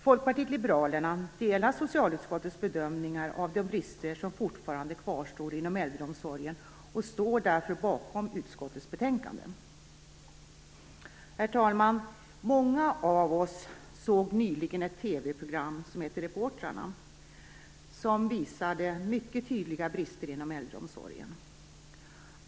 Folkpartiet liberalerna delar socialutskottets bedömningar av de brister som fortfarande kvarstår inom äldreomsorgen, och står därför bakom utskottets betänkande. Herr talman! Många av oss såg nyligen ett TV program som heter Reportrarna, som visade mycket tydliga brister inom äldreomsorgen.